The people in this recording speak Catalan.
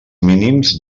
mínims